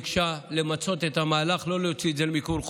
פנתה אליי וביקשה למצות את המהלך ולא להוציא את זה למיקור חוץ.